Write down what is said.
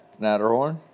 Natterhorn